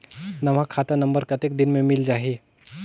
नवा खाता नंबर कतेक दिन मे मिल जाही?